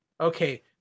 okay